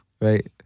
Right